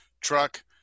truck